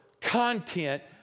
content